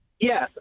Yes